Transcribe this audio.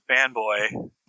fanboy